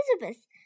elizabeth